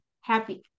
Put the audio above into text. happy